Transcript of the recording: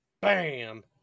bam